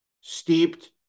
steeped